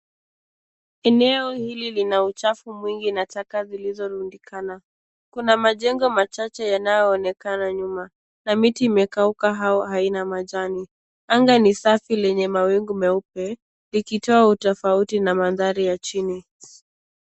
Eneo hili lina uchafu mwingi na taka zilizo rundikana. Kuna majengo machache yanayo onekana nyuma na miti imekauka au haina majani. Anga ni safi lenye mawingu meupe, likitoa utofauti na mandhari ya chini.